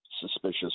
suspicious